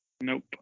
Nope